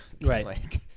right